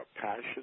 passion